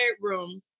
room